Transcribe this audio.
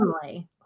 family